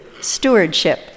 stewardship